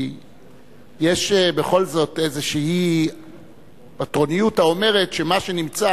כי יש בכל זאת איזושהי פטרוניות האומרת שמה שנמצא